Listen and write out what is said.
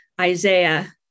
Isaiah